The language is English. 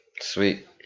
Sweet